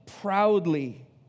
proudly